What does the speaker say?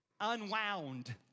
unwound